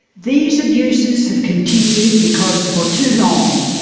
these abuses have continued because, for too long,